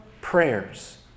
prayers